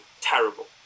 terrible